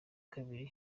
kabiri